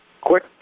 quick